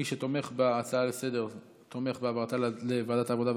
מי שתומך בהצעה לסדר-היום תומך בהעברתה לוועדת העבודה,